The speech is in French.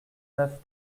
neuf